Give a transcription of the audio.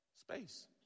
space